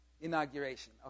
inauguration